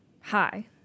hi